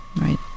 right